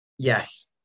Yes